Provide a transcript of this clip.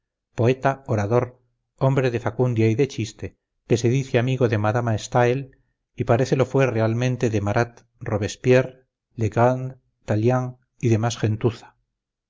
poeta orador hombre de facundia y de chiste que se dice amigo de madama stal y parece lo fue realmente de marat robespierre legendre tallien y demás gentuza